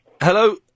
Hello